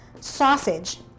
sausage